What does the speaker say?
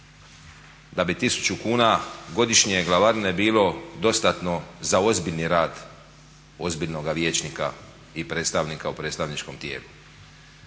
da bi tisuću kuna godišnje glavarine bilo dostatno za ozbiljni rad ozbiljnoga vijećnika i predstavnika u predstavničkom tijelu.